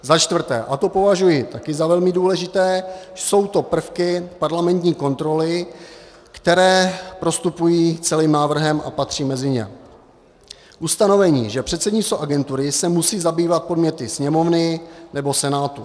Začtvrté, a to považuji taky za velmi důležité, jsou to prvky parlamentní kontroly, které prostupují celým návrhem a patří mezi ně: ustanovení, že předsednictvo agentury se musí zabývat podněty Sněmovny nebo Senátu;